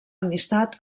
amistat